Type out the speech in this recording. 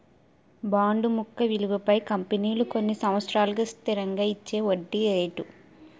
bond ముఖ విలువపై కంపెనీలు కొన్ని సంవత్సరాలకు స్థిరంగా ఇచ్చేవడ్డీ రేటు